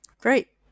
Great